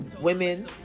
Women